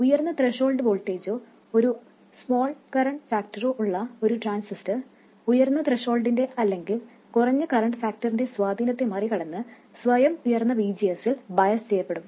ഉയർന്ന ത്രെഷോൾഡ് വോൾട്ടേജോ ഒരു സ്മോൾ കറൻറ് ഫാക്ടറോ ഉള്ള ഒരു ട്രാൻസിസ്റ്റർ ഉയർന്ന ത്രെഷോൾഡിന്റെ അല്ലെങ്കിൽ കുറഞ്ഞ കറൻറ് ഫാക്ടറിന്റെ സ്വാധീനത്തെ മറികടന്ന് സ്വയം ഉയർന്ന VGS ൽ ബയസ് ചെയ്യപ്പെടും